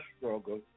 struggle